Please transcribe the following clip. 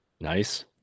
Nice